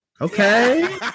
okay